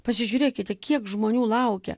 pasižiūrėkite kiek žmonių laukia